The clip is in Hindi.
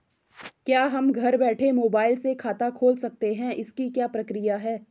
क्या हम घर बैठे मोबाइल से खाता खोल सकते हैं इसकी क्या प्रक्रिया है?